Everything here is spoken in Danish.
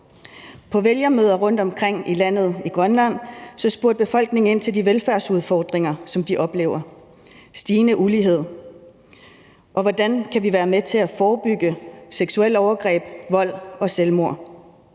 På vælgermøder rundtomkring i landet i Grønland spurgte befolkningen ind til de velfærdsudfordringer, som de oplever: stigende ulighed, hvordan man kan være med til at forebygge seksuelle overgreb, vold og selvmord,